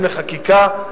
המלצה זו מצריכה הצבעה.